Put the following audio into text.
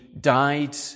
died